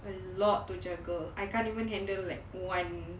a lot to juggle I can't even handle like one